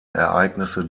ereignisse